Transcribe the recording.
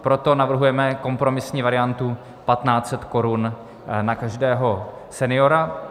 Proto navrhujeme kompromisní variantu 1 500 korun na každého seniora.